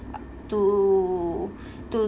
uh to to